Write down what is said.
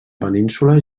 península